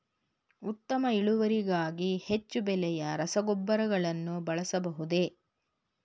ಉತ್ತಮ ಇಳುವರಿಗಾಗಿ ಹೆಚ್ಚು ಬೆಲೆಯ ರಸಗೊಬ್ಬರಗಳನ್ನು ಬಳಸಬಹುದೇ?